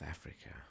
Africa